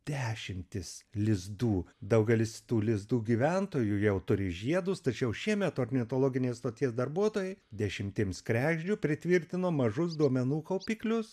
dešimtis lizdų daugelis tų lizdų gyventojų jau turi žiedus tačiau šiemet ornitologinės stoties darbuotojai dešimtims kregždžių pritvirtino mažus duomenų kaupiklius